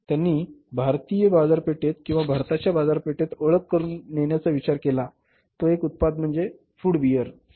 त्यांनी भारतीय बाजारपेठेत किंवा भारताच्या बाजारपेठेत ओळख करून देण्याचा विचार केला तो एक उत्पाद म्हणजे फळ बीयर बरोबर